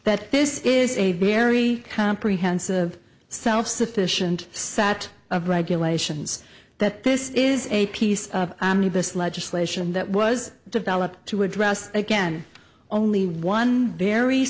that this is a very comprehensive self sufficient sat of regulations that this is a piece of this legislation that was developed to address again only one very